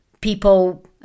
people